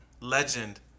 legend